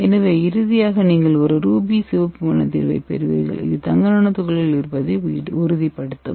எனவே இறுதியாக நீங்கள் ஒரு ரூபி சிவப்பு வண்ண தீர்வைப் பெறுவீர்கள் இது தங்க நானோ துகள்கள் இருப்பதை உறுதிப்படுத்தும்